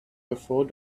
before